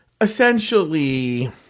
Essentially